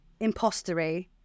impostery